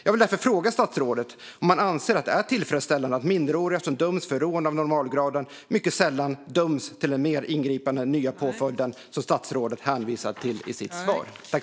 Jag vill därför fråga statsrådet om han anser att det är tillfredsställande att minderåriga som döms för rån av normalgraden mycket sällan döms till den mer ingripande nya påföljd som statsrådet hänvisar till i sitt svar.